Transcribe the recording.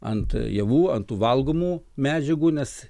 ant javų ant tų valgomų medžiagų nes